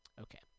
Okay